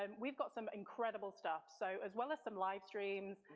and we've got some incredible stuff so as well as some live streams,